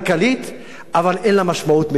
אבל אין לה משמעות מדינית או צבאית.